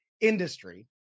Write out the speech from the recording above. industry